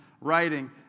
writing